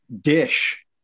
dish